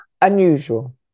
unusual